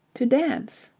to dance.